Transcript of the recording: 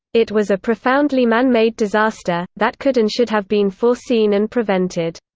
it was a profoundly man-made disaster that could and should have been foreseen and prevented.